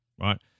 right